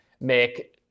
make